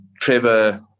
Trevor